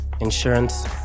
insurance